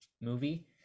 movie